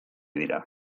dira